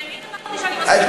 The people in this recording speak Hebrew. עניינית אמרתי שאני מסכימה,